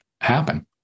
happen